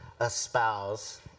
espouse